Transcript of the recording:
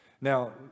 Now